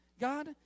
God